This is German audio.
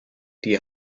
die